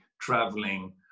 traveling